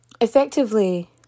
effectively